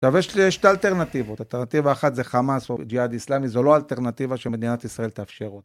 אבל יש לי שתי אלטרנטיבות, אלטרנטיבה אחת זה חמאס או ג'יהאד איסלאמי, זו לא אלטרנטיבה שמדינת ישראל תאפשר אותה.